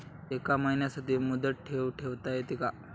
एका महिन्यासाठी मुदत ठेव ठेवता येते का?